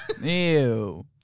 Ew